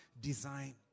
design